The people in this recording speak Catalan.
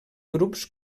grups